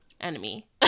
enemy